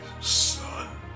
son